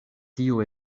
tio